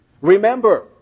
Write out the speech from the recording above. Remember